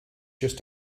just